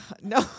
No